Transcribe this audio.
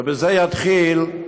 ובזה יתחיל,